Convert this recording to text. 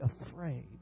afraid